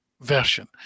version